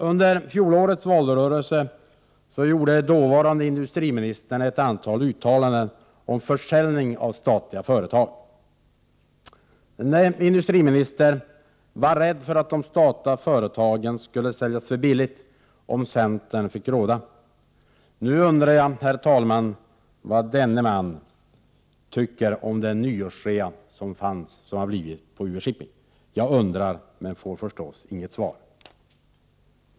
Under fjolårets valrörelse gjorde dåvarande industriministern ett antal uttalanden om försäljning av statliga företag. Denne industriminister var rädd för att de statliga företagen skulle säljas för billigt om centern fick råda. Nu undrar jag, herr talman, vad denne man tycker om nyårsrean på UV-Shipping. Jag undrar, men jag får naturligtvis inget svar.